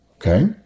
Okay